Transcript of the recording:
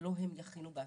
ולא הם יכינו בעצמם.